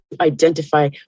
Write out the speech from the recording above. identify